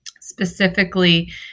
specifically